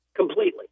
Completely